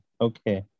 okay